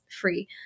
free